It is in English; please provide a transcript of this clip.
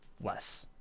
less